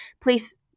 please